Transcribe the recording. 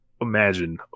imagine